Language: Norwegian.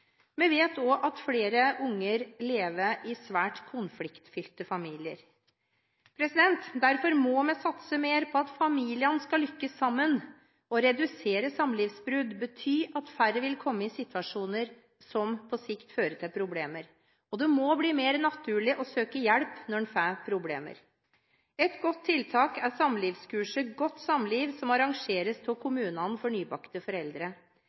Vi vet også at flere barn lever i svært konfliktfylte familier. Derfor må vi satse mer på at familiene skal lykkes sammen. Å redusere antall samlivsbrudd betyr at færre vil komme i situasjoner som på sikt fører til problemer. Det må bli mer naturlig å søke hjelp når en får problemer. Et godt tiltak er samlivskurset «Godt samliv», som arrangeres av kommunene for nybakte foreldre.